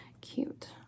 cute